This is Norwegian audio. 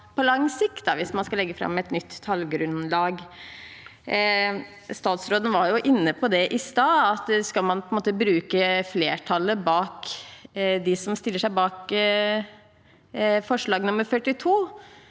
på lang sikt hvis man skal legge fram et nytt tallgrunnlag. Statsråden var inne på det i stad, at skal man bruke flertallet som stiller seg bak forslag nr. 42,